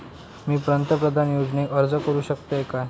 मी पंतप्रधान योजनेक अर्ज करू शकतय काय?